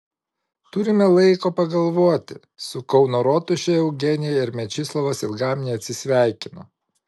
turime laiko pagalvoti su kauno rotuše eugenija ir mečislovas ilgam neatsisveikino